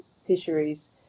fisheries